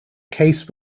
case